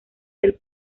del